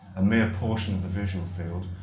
a mere portion of the visual field,